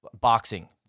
boxing